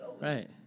Right